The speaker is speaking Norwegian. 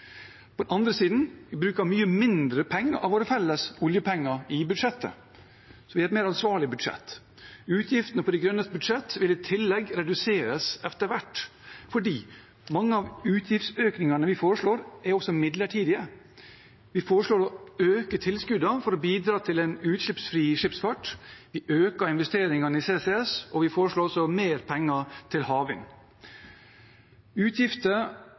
På den andre siden: Vi bruker mye mindre av våre felles oljepenger i budsjettet, så vi har et mer ansvarlig budsjett. Utgiftene på De Grønnes budsjett vil i tillegg reduseres etter hvert fordi mange av utgiftsøkningene vi foreslår, også er midlertidige. Vi foreslår å øke tilskuddene for å bidra til en utslippsfri skipsfart. Vi øker investeringene i CCS, og vi foreslår også mer penger til havvind. Utgifter